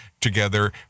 together